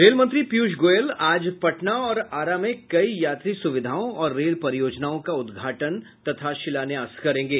रेलमंत्री पीयूष गोयल आज पटना और आरा में कई यात्री सुविधाओं और रेल परियोजनाओं का उद्घाटन तथा शिलान्यास करेंगे